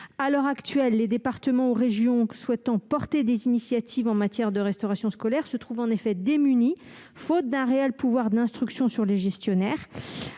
À l'heure actuelle, les départements ou les régions souhaitant prendre des initiatives en matière de restauration scolaire se trouvent en effet démunis, faute d'un réel pouvoir sur ces gestionnaires.